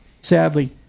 sadly